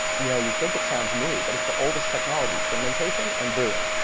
you know you think it sounds new, but it's the oldest technology, fermentation and brewing.